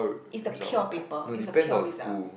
is the pure paper is the pure result